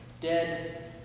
Dead